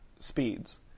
speeds